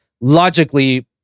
logically